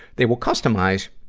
they will customize,